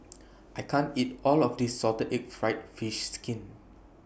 I can't eat All of This Salted Egg Fried Fish Skin